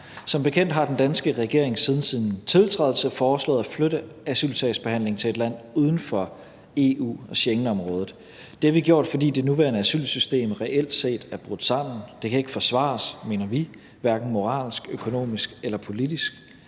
Som bekendt har den danske regering siden sin tiltrædelse foreslået at flytte asylsagsbehandlingen til et land uden for EU og Schengenområdet. Det har vi gjort, fordi det nuværende asylsystem reelt set er brudt sammen, og det kan ikke forsvares, mener vi, moralsk, økonomisk eller politisk.